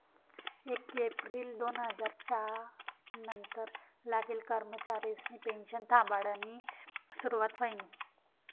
येक येप्रिल दोन हजार च्यार नंतर लागेल कर्मचारिसनी पेनशन थांबाडानी सुरुवात व्हयनी